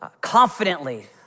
confidently